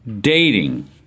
dating